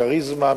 כריזמה,